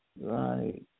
Right